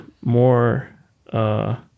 more –